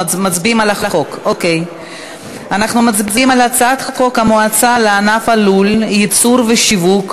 אני זוכר שתפקידו של הרב היה לפתור בעיות ולא ליצור בעיות,